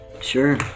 Sure